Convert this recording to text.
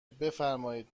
بفرمایید